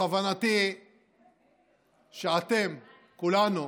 בכוונתי שאתם, כולנו,